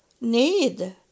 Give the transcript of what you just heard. need